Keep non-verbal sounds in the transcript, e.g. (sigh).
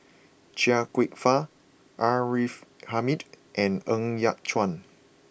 Chia Kwek Fah R A (unintelligible) Hamid and Ng Yat Chuan